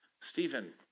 Stephen